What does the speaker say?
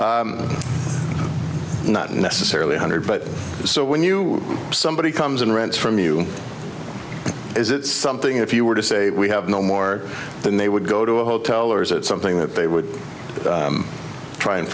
hundred not necessarily a hundred but so when you somebody comes and rents from you is it something if you were to say we have no more than they would go to a hotel or is it something that they would try and